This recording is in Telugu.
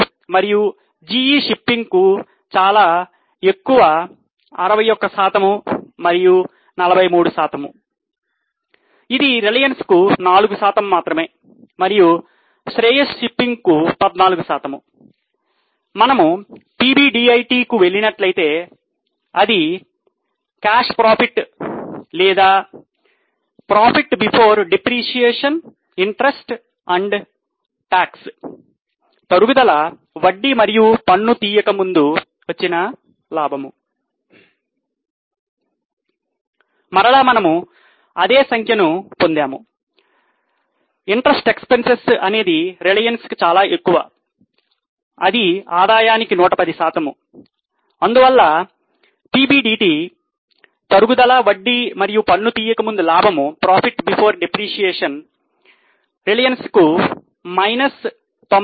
మరలా మనము అదే సంఖ్యను పొందాము వడ్డీ ఖర్చులు రిలయన్స్ కు మైనస్ 97